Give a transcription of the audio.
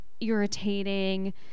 irritating